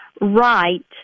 right